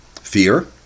fear